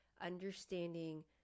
understanding